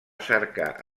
cercar